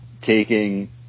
taking